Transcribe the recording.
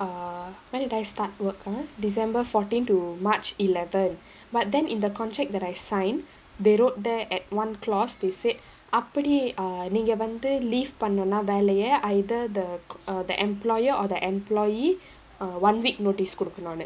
err when did I start work uh december fourteen to march eleven but then in the contract that I signed they wrote there at one clause they said அப்பிடி:appidi err நீங்க வந்து:neenga vandhu leave பண்ணுனா வேலைய:pannunaa vaelaiya either the err the employer or the employee err one week notice குடுக்குனுனு:kudukkununu